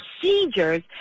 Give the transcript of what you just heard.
procedures